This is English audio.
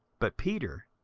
but peter,